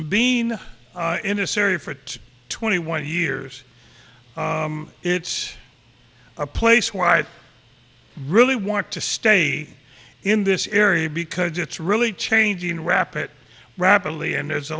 being in this area for two twenty one years it's a place where i really want to stay in this area because it's really changing wrap it rapidly and there's a